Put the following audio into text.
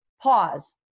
pause